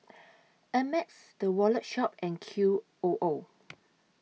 Ameltz The Wallet Shop and Q O O